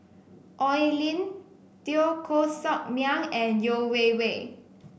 Oi Lin Teo Koh Sock Miang and Yeo Wei Wei